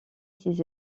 ses